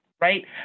Right